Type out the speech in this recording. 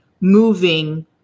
moving